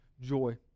joy